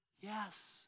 Yes